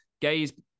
Gay's